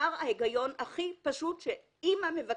ההיגיון הכי פשוט, הבקשה הפשוטה של אימא: